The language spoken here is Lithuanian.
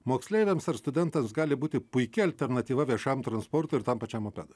moksleiviams ar studentams gali būti puiki alternatyva viešam transportui ir tam pačiam mopedui